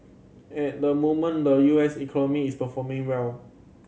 at the moment the U S economy is performing well